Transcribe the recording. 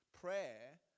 prayer